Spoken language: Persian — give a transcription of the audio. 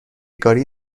گاری